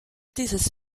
dieses